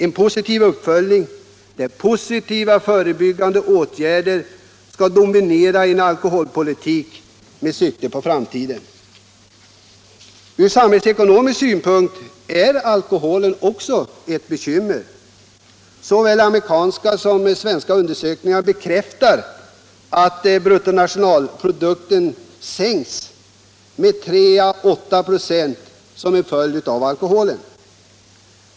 Låt oss satsa på en alkoholpolitik dominerad av positiva förebyggande åtgärder med sikte på framtiden! Från samhällsekonomisk synpunkt är alkoholen också ett bekymmer. Såväl amerikanska som svenska undersökningar bekräftar att bruttonationalprodukten sänks med mellan 3 och 8 96 som en följd av alkoholen.